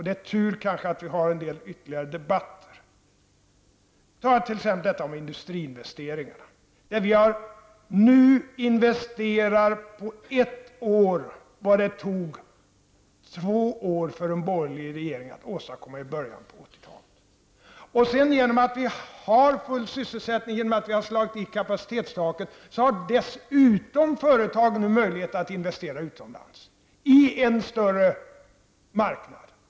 Det är kanske tur att vi har en del ytterligare debatter. Ta t.ex. detta med industriinvesteringarna. Vi har nu på ett år investerat vad det tog en borgerlig regering i början av 1980-talet två år att åstadkomma. Genom att vi har full sysselsättning, genom att vi har slagit i kapacitetstaket, har företag nu dessutom möjlighet att investera utomlands i en större marknad.